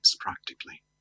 practically